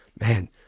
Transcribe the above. Man